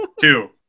two